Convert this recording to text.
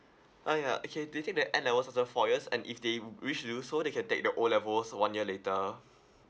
ah ya okay they take the N level certain four years and if they wish to do so they can take the O level also one year later